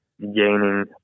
gaining